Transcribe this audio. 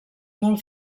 molt